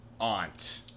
aunt